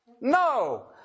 No